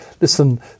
listen